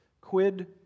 Quid